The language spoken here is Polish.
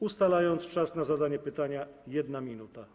Ustalam czas na zadanie pytania - 1 minuta.